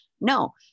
No